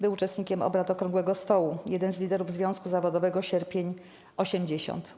Był uczestnikiem obrad okrągłego stołu, jednym z liderów związku zawodowego Sierpień 80.